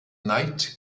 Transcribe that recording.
night